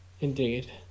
Indeed